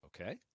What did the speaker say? Okay